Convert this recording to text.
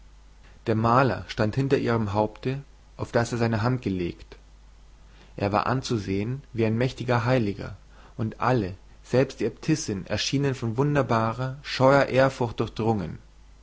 der maler stand hinter ihrem haupte auf das er seine hand gelegt er war anzusehen wie ein mächtiger heiliger und alle selbst die äbtissin schienen von wunderbarer scheuer ehrfurcht durchdrungen